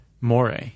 more